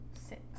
Six